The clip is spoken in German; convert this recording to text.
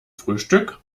frühstück